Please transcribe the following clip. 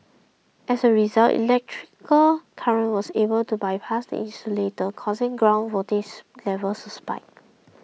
as a result electrical current was able to bypass the insulator causing ground voltage levels to spike